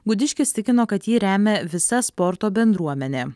gudiškis tikino kad jį remia visas sporto bendruomenė